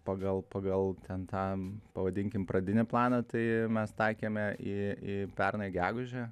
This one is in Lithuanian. pagal pagal ten tą pavadinkim pradinį planą tai mes taikėme į į pernai gegužę